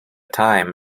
time